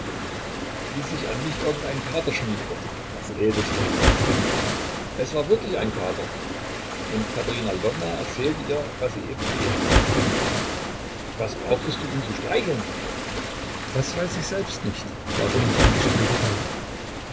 wie sich an mich irgendein kater schmiegte was redest du es war wirklich ein kater und katerina lwowna erzählte ihr was sie eben erlebt hatte was brauchtest du ihn zu streicheln das weiß ich selbst nicht warum ich ihn gestreichelt habe